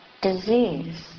disease